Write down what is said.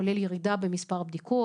כולל ירידה במספר בדיקות,